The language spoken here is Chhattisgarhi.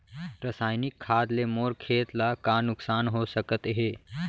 रसायनिक खाद ले मोर खेत ला का नुकसान हो सकत हे?